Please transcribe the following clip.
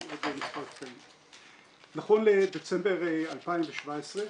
יש לי --- נכון לדצמבר 2017,